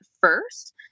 first